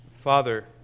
Father